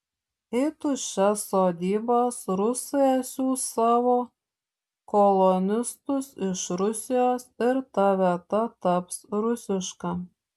į tuščias sodybas rusai atsiųs savo kolonistus iš rusijos ir ta vieta taps rusiška